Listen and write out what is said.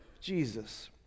Jesus